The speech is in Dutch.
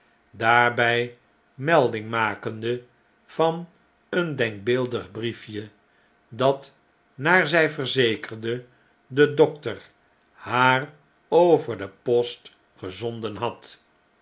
daarby melding makende van een denkbeeldig briefje dat naar z j verzekerde de dokter haar over de postgezonden had